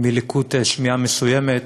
מלקות שמיעה מסוימת,